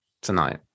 tonight